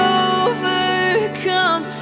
overcome